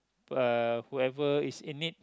uh whoever is in need